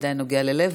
בוודאי נוגע ללב.